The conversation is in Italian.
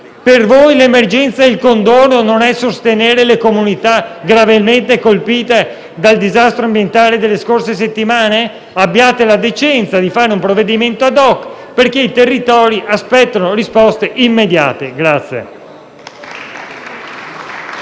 Per voi l’emergenza è il condono e non sostenere le comunità gravemente colpite dal disastro ambientale delle scorse settimane? Abbiate la decenza di fare un provvedimento ad hoc perché i territori aspettano risposte immediate.